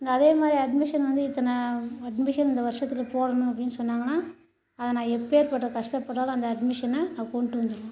அதே மாதிரி அட்மிஷன் வந்து இத்தனை அட்மிஷன் இந்த வருஷத்தில் போடணும் அப்படின்னு சொன்னாங்கன்னா அதை நான் எப்பேர்பட்ட கஷ்டப்பட்டாலும் அந்த அட்மிஷனை நான் கொண்டு வந்துருவேன்